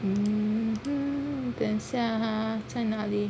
hmm 等一下 ah 在哪里